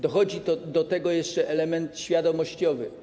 Dochodzi do tego jeszcze element świadomościowy.